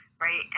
Right